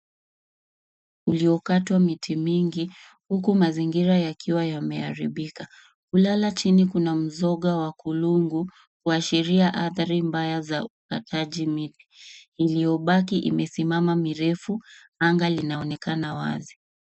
Ulio katwa miti mingi huku mazingira yakiwa yameharibika. Kulala chini kuna mzoga wa kulungu kuashiria athari mbaya ya ukataji miti. Iliyobaki imesimama mirefu. Anga linaonekana wazi.